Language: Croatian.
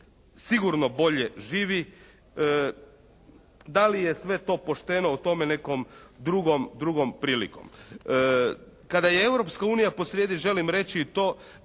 sigurno bolje živi. Da li je to sve to pošteno o tome nekom drugom, drugom prilikom. Kada je Europska unija želim reći i to